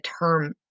term